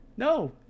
No